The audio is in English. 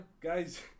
guys